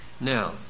Now